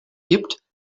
gibt